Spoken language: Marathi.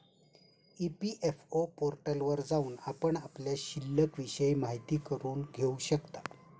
ई.पी.एफ.ओ पोर्टलवर जाऊन आपण आपल्या शिल्लिकविषयी माहिती करून घेऊ शकता